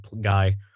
guy